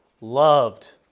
loved